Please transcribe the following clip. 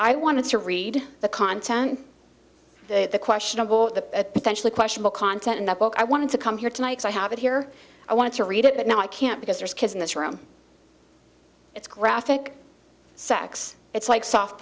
i want to read the content of the questionable a potentially question will contest in the book i wanted to come here tonight so i have it here i want to read it but now i can't because there's kids in this room it's graphic sex it's like soft